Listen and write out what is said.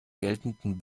geltenden